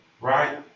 Right